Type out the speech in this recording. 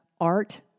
art